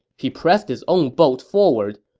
he pressed his own boat forward,